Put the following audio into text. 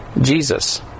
Jesus